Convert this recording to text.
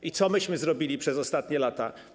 I co myśmy zrobili przez ostatnie lata?